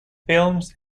films